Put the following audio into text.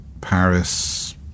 Paris